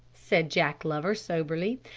said jack glover soberly,